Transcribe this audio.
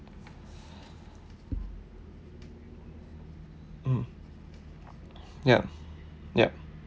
mm yup yup